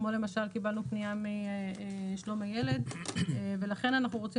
כמו למשל קיבלנו פנייה מ-"שלום הילד" ולכן אנחנו רוצים